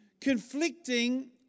conflicting